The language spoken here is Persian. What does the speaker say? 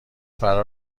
فرا